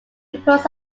reports